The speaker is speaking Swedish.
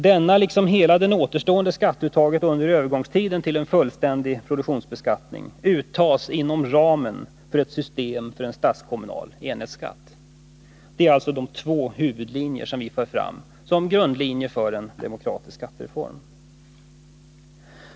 Denna liksom hela det återstående skatteuttaget under övergångstiden till en fullständig produktionsbeskattning uttas inom ramen för ett system med en statskommunal enhetsskatt. Detta är alltså de två huvudlinjer vi för fram som grund för en demokratisk skattereform.